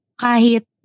Kahit